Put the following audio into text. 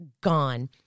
gone